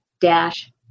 dash